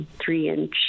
three-inch